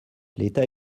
l’état